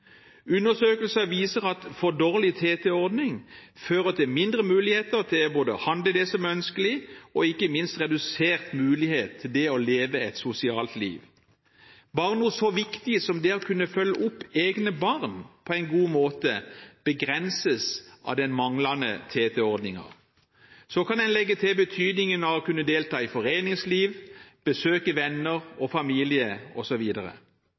Undersøkelser viser at for dårlig TT-ordning fører både til mindre muligheter til å handle det som er ønskelig, og – ikke minst – redusert mulighet til å leve et sosialt liv. Bare noe så viktig som det å kunne følge opp egne barn på en god måte begrenses av den manglende TT-ordningen. Så kan en legge til betydningen av å kunne delta i foreningsliv, besøke venner